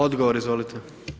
Odgovor, izvolite.